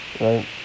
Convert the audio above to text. Right